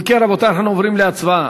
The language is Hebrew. אם כן, רבותי, אנחנו עוברים להצבעה.